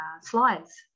slides